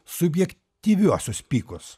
subjektyviuosius pykus